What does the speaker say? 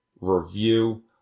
review